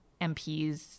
MPs